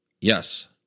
yes